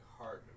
hard